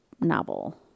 novel